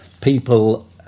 people